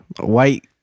white